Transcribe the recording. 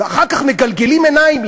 ואחר כך מגלגלים עיניים,